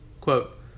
Quote